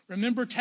Remember